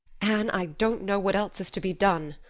anne, i don't know what else is to be done.